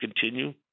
continue